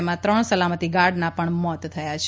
તેમાં ત્રણ સલામતિ ગાર્ડનાં પણ મોત થયાં છે